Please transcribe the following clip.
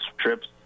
trips